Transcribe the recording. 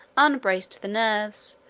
unbraced the nerves,